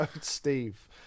Steve